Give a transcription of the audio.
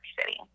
City